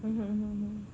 mm mm mm